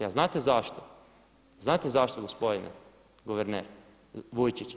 A znate zašto, znate zašto gospodine guverner Vučić?